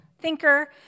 thinker